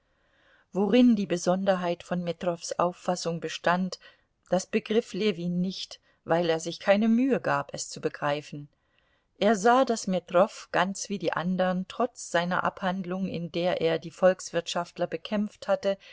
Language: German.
worin die besonderheit von metrows auffassung bestand das begriff ljewin nicht weil er sich keine mühe gab es zu begreifen er sah daß metrow ganz wie die andern trotz seiner abhandlung in der er die volkswirtschaftler bekämpft hatte